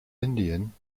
indien